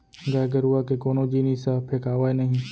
गाय गरूवा के कोनो जिनिस ह फेकावय नही